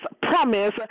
promise